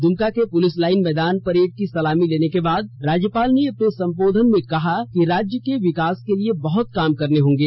द्रमका के police line मैदान parade की सलामी लेने के बाद राज्यपाल ने अपने संबोधन में कहा कि राज्य के विकास के लिए बहत काम करने होंगे